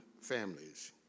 families